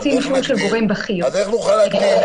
רוצים אישור של גורם בכיר -- איך נוכל להגדיר?